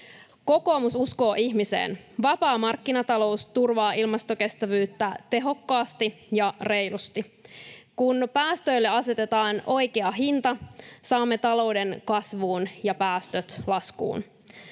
Kokoomus uskoo ihmiseen. Vapaa markkinatalous turvaa ilmastokestävyyttä tehokkaasti ja reilusti. Kun päästöille asetetaan oikea hinta, saamme talouden kasvuun ja päästöt laskuun.